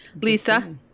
Lisa